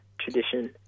tradition